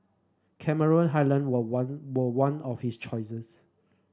Cameron Highland were one were one of his choices